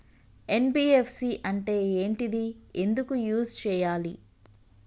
NBFC అంటే ఏంటిది ఎందుకు యూజ్ చేయాలి?